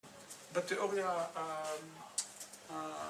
בתיאוריה...